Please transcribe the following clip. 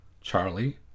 Charlie